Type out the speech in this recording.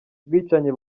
ubwicanyi